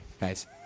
guys